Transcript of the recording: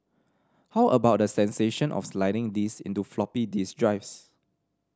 how about the sensation of sliding these into floppy disk drives